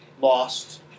lost